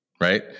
right